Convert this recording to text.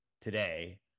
today